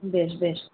বেশ বেশ